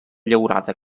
llaurada